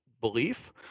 belief